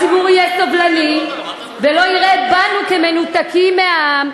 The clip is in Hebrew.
הציבור יהיה סובלני ולא יראה בנו אלה שהם מנותקים מהעם,